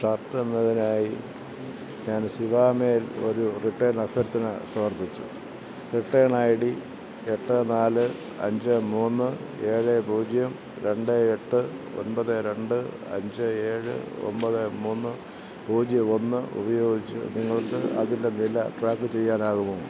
shirt എന്നതിനായി ഞാൻ സിവാമേൽ ഒരു റിട്ടേൺ അഭ്യർത്ഥന സമർപ്പിച്ചു റിട്ടേൺ ഐ ഡി എട്ട് നാല് അഞ്ച് മൂന്ന് ഏഴ് പൂജ്യം രണ്ട് എട്ട് ഒൻപത് രണ്ട് അഞ്ച് ഏഴ് ഒൻപത് മൂന്ന് പൂജ്യം ഒന്ന് ഉപയോഗിച്ച് നിങ്ങൾക്ക് അതിൻ്റെ നില ട്രാക്ക് ചെയ്യാനാകുമോ